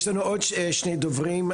יש לנו עוד שני דוברים.